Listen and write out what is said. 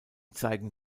zeigen